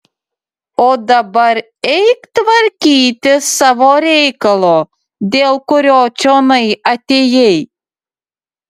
o dabar eik tvarkyti savo reikalo dėl kurio čionai atėjai